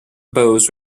boughs